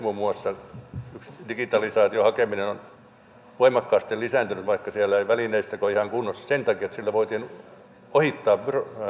muun muassa brasiliassa digitalisaation hakeminen on voimakkaasti lisääntynyt vaikka siellä ei välineistökään ole ihan kunnossa sen takia että sillä voitiin ohittaa